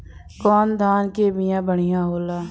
कौन धान के बिया बढ़ियां होला?